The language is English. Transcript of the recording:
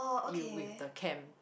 you with the cam